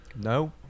No